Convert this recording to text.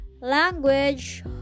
language